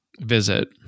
visit